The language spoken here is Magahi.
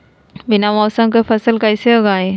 बिना मौसम के फसल कैसे उगाएं?